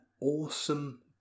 awesome